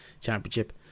Championship